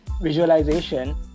visualization